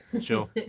Sure